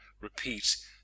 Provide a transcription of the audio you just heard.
repeat